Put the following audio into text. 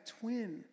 twin